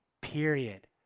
period